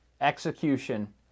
execution